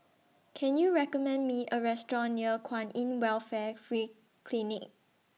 Can YOU recommend Me A Restaurant near Kwan in Welfare Free Clinic